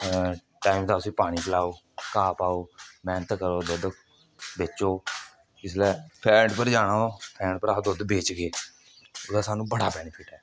time दा उसी पानी पलाओ घाह् पाओ मेहनत करो दुद्ध बेचो इसलै फैट उप्पर जाना होऐ फैट उप्पर अस अगर दुद्ध बेचगे ओहदा सानूं बड़ा बैनीफिट ऐ